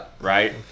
Right